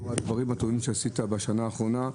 עם כל הדברים הטובים שעשית בשנה האחרונה,